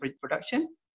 production